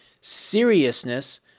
Seriousness